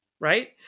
right